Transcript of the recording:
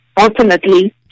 ultimately